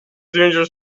danger